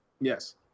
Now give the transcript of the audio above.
Yes